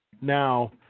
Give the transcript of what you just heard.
Now